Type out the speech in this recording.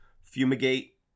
Fumigate